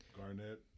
Garnett